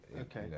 Okay